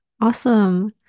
awesome